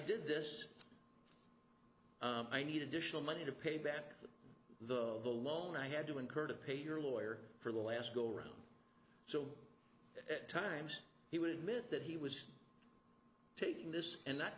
did this i need additional money to pay back the loan i had to incur to pay your lawyer for the last go round so at times he would admit that he was taking this and